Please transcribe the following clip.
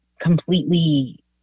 completely